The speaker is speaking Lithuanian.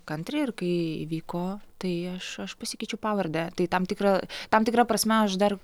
kantriai ir kai įvyko tai aš aš pasikeičiau pavardę tai tam tikra tam tikra prasme aš dar